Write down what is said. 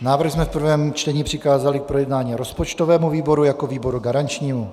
Návrh jsme v prvním čtení přikázali k projednání rozpočtovému výboru jako výboru garančnímu.